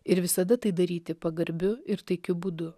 ir visada tai daryti pagarbiu ir taikiu būdu